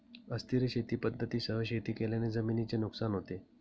अस्थिर शेती पद्धतींसह शेती केल्याने जमिनीचे नुकसान होते